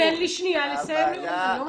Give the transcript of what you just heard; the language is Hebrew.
תן לי שנייה לסיים, אני לא מצליחה להבין.